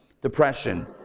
depression